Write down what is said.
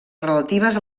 relatives